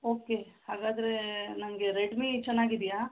okay ಹಾಗಾದರೆ ನನಗೆ Redmi ಚೆನ್ನಾಗಿದ್ಯಾ